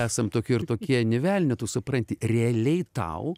esam tokie ir tokie nė velnio tu supranti realiai tau